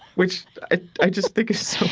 which i just think